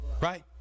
right